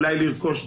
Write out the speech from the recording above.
אולי לרכוש דירה,